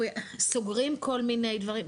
סוגרים כל מיני דברים.